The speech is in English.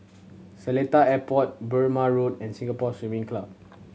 Seletar Airport Burmah Road and Singapore Swimming Club